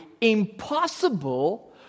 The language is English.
impossible